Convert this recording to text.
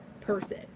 person